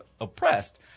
oppressed